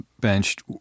Benched